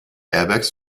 airbags